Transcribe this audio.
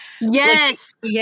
Yes